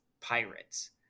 pirates